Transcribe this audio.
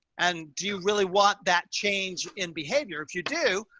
and do you really want that change in behavior? if you do,